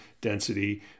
density